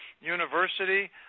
University